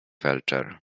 felczer